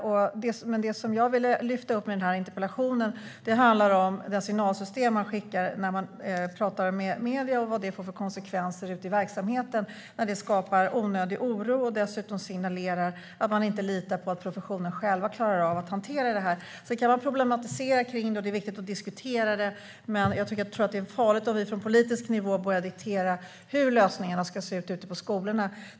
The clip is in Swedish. Det som jag ville lyfta fram med min interpellation var det signalsystem som man sänder ut när man pratar med medier och vad det får för konsekvenser ute i verksamheterna. Det kan skapa onödig oro, och dessutom signalerar det att man inte litar på att professionen själv klarar av att hantera frågan. Sedan kan man problematisera och diskutera detta, men det är nog farligt om vi från politisk nivå börjar diktera hur lösningarna ska se ut på skolorna.